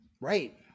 Right